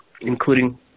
including